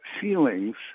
feelings